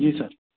जी sir